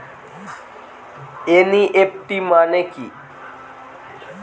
NEFT মনে কি?